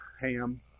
ham